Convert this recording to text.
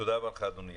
תודה רבה לך, אדוני.